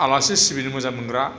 आलासि सिबिनो मोजां मोनग्रा